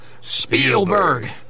Spielberg